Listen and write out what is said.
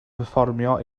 perfformio